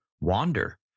wander